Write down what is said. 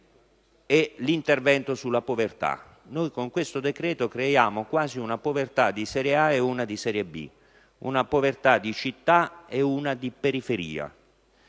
è l'intervento sulla povertà. Con questo decreto creiamo quasi una povertà di serie A e una di serie B, una povertà di città ed una di periferia.